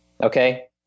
okay